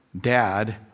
Dad